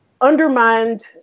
undermined